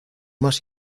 más